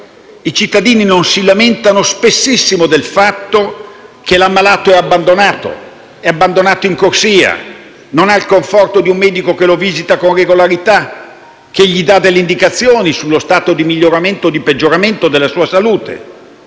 i cittadini non si lamentano spessissimo del fatto che l'ammalato è abbandonato in corsia, non ha il conforto di un medico che lo visita con regolarità, che gli dà delle indicazioni sullo stato di miglioramento o di peggioramento della sua salute?